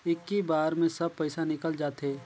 इक्की बार मे सब पइसा निकल जाते?